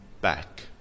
Back